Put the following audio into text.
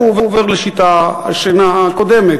והוא עובר לשיטה הקודמת,